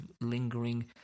lingering